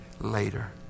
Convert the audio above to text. later